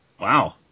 Wow